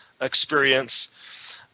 experience